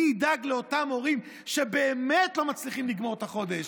מי ידאג לאותם הורים שבאמת לא מצליחים לגמור את החודש?